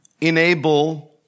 enable